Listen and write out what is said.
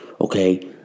Okay